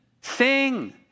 sing